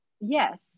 yes